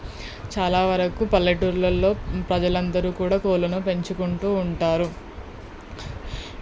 చాలావరకు పల్లెటూర్లల్లో ప్రజలందరూ కూడా కోళ్ళను పెంచుకుంటూ ఉంటారు